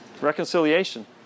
Reconciliation